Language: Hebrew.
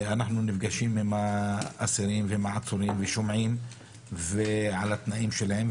ואנחנו נפגשים עם האסירים ועם העצורים ושומעים על התנאים שלהם,